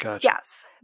Yes